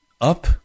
up